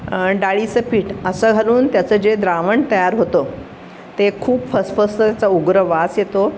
डाळीचं पीठ असं घालून त्याचं जे द्रावण तयार होतं ते खूप फसफसयचा उग्र वास येतो